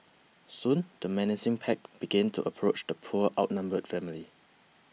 soon the menacing pack began to approach the poor outnumbered family